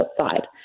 outside